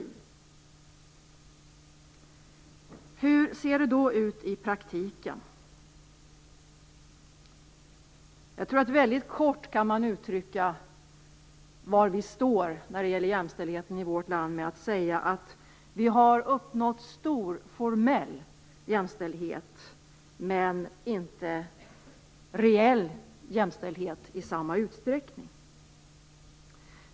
Men hur ser det då ut i praktiken? Jag tror att man väldigt kort kan uttrycka var vi står när det gäller jämställdheten genom att säga att vi har uppnått stor formell jämställdhet, men inte reell jämställdhet i samma utsträckning.